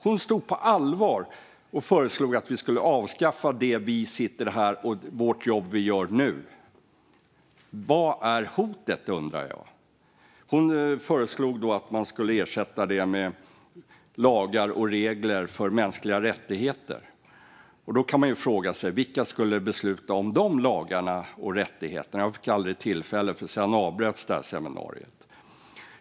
Hon stod och föreslog på allvar att vi skulle avskaffa det jobb vi sitter här och gör nu. Jag undrade: Vad är hotet? Hon föreslog att man skulle ersätta detta med lagar och regler för mänskliga rättigheter. Då kan man fråga sig vilka som skulle besluta om dessa lagar och rättigheter. Jag fick aldrig tillfälle att fråga, för sedan avbröts seminariet.